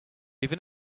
even